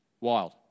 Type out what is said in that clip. Wild